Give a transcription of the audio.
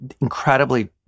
incredibly